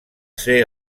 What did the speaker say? ser